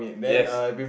yes